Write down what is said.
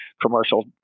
commercial